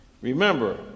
Remember